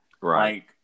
Right